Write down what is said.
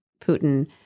Putin